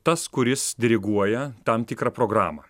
tas kuris diriguoja tam tikrą programą